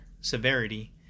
severity